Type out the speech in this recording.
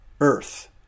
earth